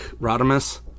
Rodimus